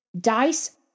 dice